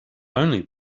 only